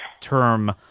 term